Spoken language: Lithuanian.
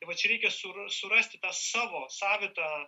tai vat čia reikia sura surasti tą savo savitą